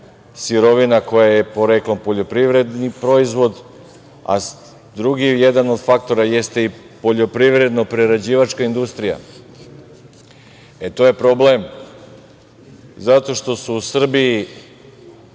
sirovina koja je poreklom poljoprivredni proizvod, a sa druge strane jedan od faktora jeste i poljoprivredno-prerađivačka industrija. To je problem zato što su u Srbiji